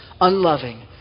unloving